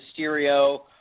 Mysterio